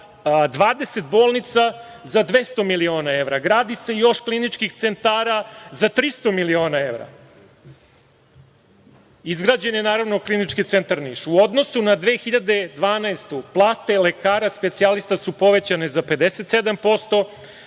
20 bolnica za 200 miliona evra. Gradi se još kliničkih centara za 300 miliona evra. Izgrađen je naravno Klinički centar Niš. U odnosu na 2012. godinu plate lekara specijalista su povećane za 57%,